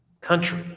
country